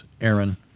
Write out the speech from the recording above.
Aaron